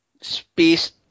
space